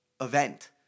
event